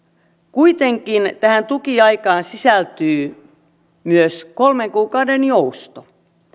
kuitenkin tähän tukiaikaan sisältyy myös kolmen kuukauden jousto